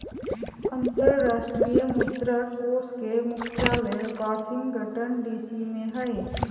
अंतरराष्ट्रीय मुद्रा कोष के मुख्यालय वाशिंगटन डीसी में हइ